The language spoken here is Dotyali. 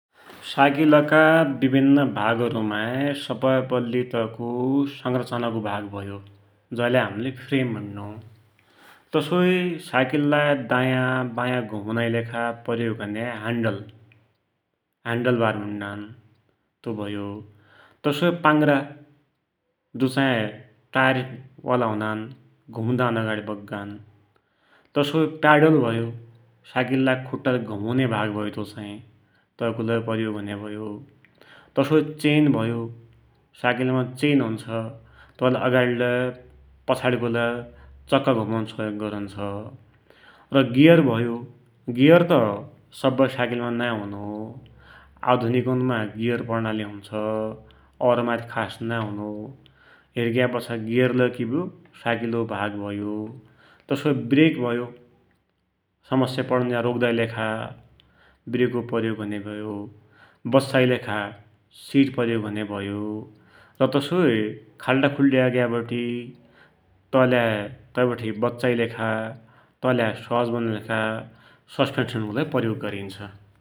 साइकिलका विभिन्न भागुन्मा सब है पैल्ली तैको संरचनाको भाग भयो, जेलाई हामले फ्रेम भुण्णु, तसोई साइकिललाइ दायाँ बायाँ घुमुनाकी लेखा तैली हुन्या ह्यान्डल, ह्यान्डल बार भुण्णान तु भयो, तसोई पाङ्ग्रा, जो चाँही टायरवाला हुनान, घुम्दान आगाडी पुग्गान, तसोई प्याडल भयो, साइकिललाइ खुट्टाले घुमुन्या भाग भयो तो चाहि, तैको लै प्रयोग हुन्या भयो, तसोई चेन भयो, साइकिलमा चेन हुन्छ, तैले आगडि लै पछाडिको लै चक्का घुमुन सहयोग गरुन्छ, गियर भयो, गियर त सबै साइकिलमा नाइँ हुनो, आधुनिक मा गेयर प्रणालि लै हुन्छ, औरमाइ त खास नाइँ हुनो, हेरिग्या कि भयो गेयर लै साइकिलको भाग भयो, तसोई ब्रेक भयो, समस्या पडुञ्ज्या रोक्दाकी लेखा ब्रेक को प्रयोग हुन्या भयो, बस्साकी लेखा सिट प्रयोग हुन्या भयो र तसोई खाल्टा खुल्टी आइग्याबती तै बठे बच्चाकी लेखा, तैलाइ सहज बनुनाकी लेखा सस्पेन्सन लै प्रयोग गरिन्छ।